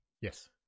Yes